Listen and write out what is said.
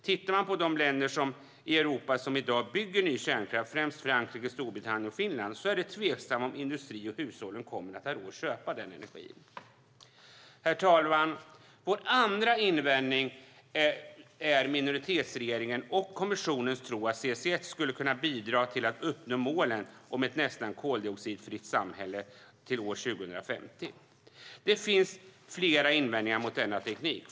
Ser man till de länder som i dag bygger ny kärnkraft i Europa, främst Frankrike, Storbritannien och Finland, är det tveksamt om industri och hushåll kommer att ha råd att köpa den energin. Herr talman! Vår andra invändning är regeringens och kommissionens tro på att CCS skulle kunna bidra till att uppnå målen om ett nästan koldioxidfritt EU till 2050. Det finns flera invändningar mot denna teknik.